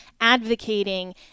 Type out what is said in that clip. advocating